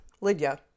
Lydia